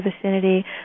vicinity